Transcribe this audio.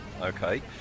Okay